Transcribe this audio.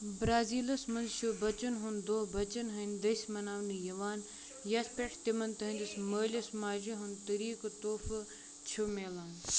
برٛازیٖلس منٛز چُھ بَچن ہُنٛد دۄہ بَچن ہِنٛدۍ دٔسۍ مناونہٕ یِوان یتھ پٮ۪ٹھ تِمن تِہنٛدِس مٲلِس ماجہِ ہِنٛدِ طٔریقہٕ تحفہٕ چھُ میلان